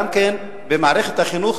גם כן במערכת החינוך,